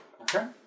Okay